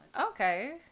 okay